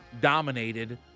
dominated